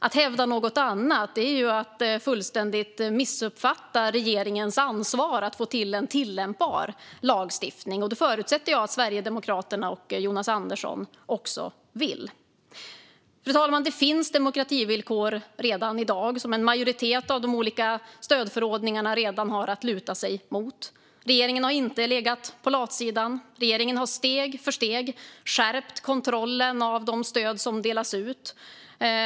Att hävda något annat är ju att fullständigt missuppfatta regeringens ansvar för att få till en tillämpbar lagstiftning, och en sådan förutsätter jag att också Sverigedemokraterna och Jonas Andersson vill ha. Fru talman! Det finns demokrativillkor redan i dag som en majoritet av de olika stödförordningarna har att luta sig mot. Regeringen har inte legat på latsidan. Regeringen har steg för steg skärpt kontrollen av de stöd som delas ut.